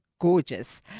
gorgeous